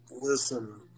Listen